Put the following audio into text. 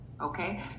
Okay